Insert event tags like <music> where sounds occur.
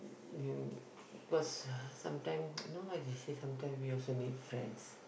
you know cause uh some time <noise> you know as in we some time we also need friends